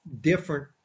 different